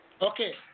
Okay